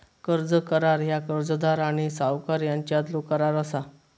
कर्ज करार ह्या कर्जदार आणि सावकार यांच्यातलो करार असा